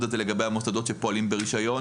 הזה לגבי המוסדות שפועלים ברישיון,